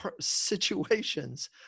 situations